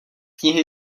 knihy